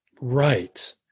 Right